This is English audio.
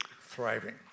thriving